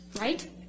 right